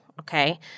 okay